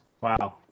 Wow